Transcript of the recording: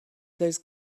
those